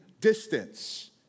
distance